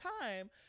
time